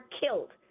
killed